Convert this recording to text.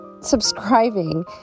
subscribing